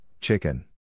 chicken